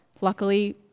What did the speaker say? luckily